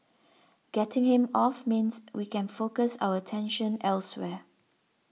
getting him off means we can focus our attention elsewhere